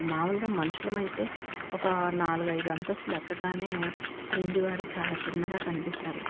మామూలుగా మనుషులమైతే ఒక నాలుగు ఐదు అంతస్తులెక్కగానే క్రింది వారు చాలా చిన్నగా కనిపిస్తారు